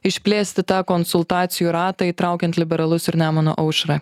išplėsti tą konsultacijų ratą įtraukiant liberalus ir nemuno aušrą